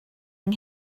yng